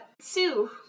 Sue